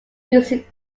music